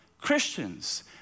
Christians